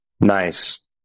Nice